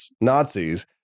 Nazis